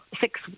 six